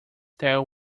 there